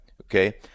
Okay